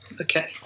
Okay